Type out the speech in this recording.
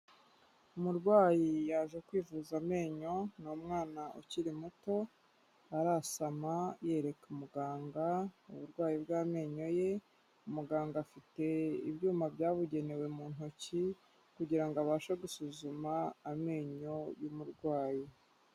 Umurwayi yaje kwivuza amenyo, ni umwana ukiri muto arasama yereka umuganga uburwayi bw'amenyo ye, muganga afite ibyuma byabugenewe mu ntoki kugira ngo abashe gusuzuma amenyo y'umurwayi.